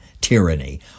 tyranny